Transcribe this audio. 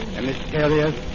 mysterious